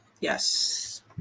Yes